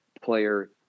player